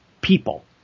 people